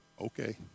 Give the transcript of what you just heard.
Okay